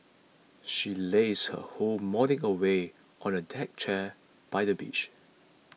she lazed her whole morning away on a deck chair by the beach